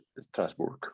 Strasbourg